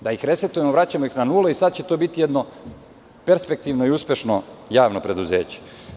Da ih restartujemo, vraćamo na nulu i sada će to biti jedno perspektivno i uspešno javno preduzeće.